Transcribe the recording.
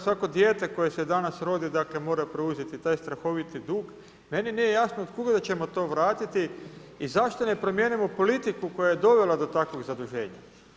Svako dijete koje se danas rodi mora preuzeti taj strahoviti dug, meni nije jasno otkuda ćemo to vratiti i zašto ne promijenimo politiku koja je dovela do takvog zaduženja?